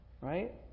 Right